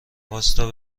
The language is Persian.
واستا